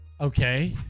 Okay